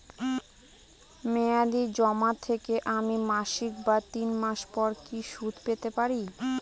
মেয়াদী জমা থেকে আমি মাসিক বা তিন মাস পর কি সুদ পেতে পারি?